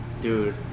Dude